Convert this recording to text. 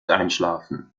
einschlafen